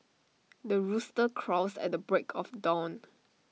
the rooster crows at the break of dawn